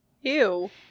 ew